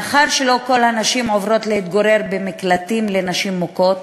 מאחר שלא כל הנשים עוברות להתגורר במקלטים לנשים מוכות,